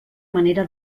manera